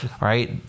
right